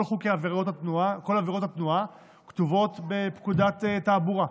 כל עבירות התנועה כתובות בפקודת התעבורה,